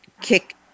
kick